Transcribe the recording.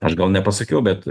aš gal nepasakiau bet